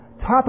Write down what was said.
top